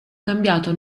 cambiato